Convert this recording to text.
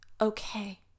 Okay